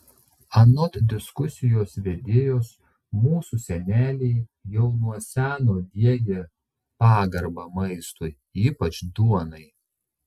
anot diskusijos vedėjos mūsų seneliai jau nuo seno diegė pagarbą maistui ypač duonai